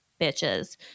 bitches